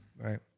Right